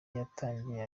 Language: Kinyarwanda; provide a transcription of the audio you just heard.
yatangiye